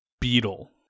Beetle